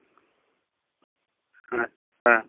ᱦᱮᱸᱜ ᱦᱮᱸ